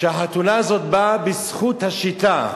שהחתונה הזאת באה בזכות השיטה.